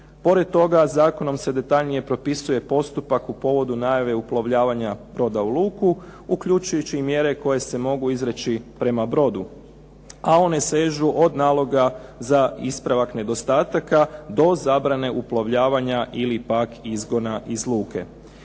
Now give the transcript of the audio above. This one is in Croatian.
Pored toga zakonom se detaljnije propisuje postupak u povodu najave uplovljavanja broda u luku, uključujući i mjere koje se mogu izreći prema brodu, a one sežu od naloga za ispravak nedostataka do zabrane uplovljavanja ili pak izgona iz luke.